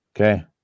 Okay